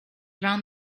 around